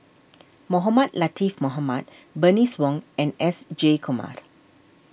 Mohamed Latiff Mohamed Bernice Wong and S Jayakumar